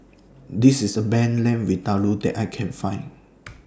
This IS The bend Lamb Vindaloo that I Can Find